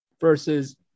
versus